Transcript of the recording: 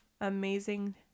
amazing